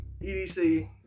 EDC